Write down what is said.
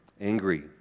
angry